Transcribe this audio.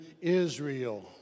Israel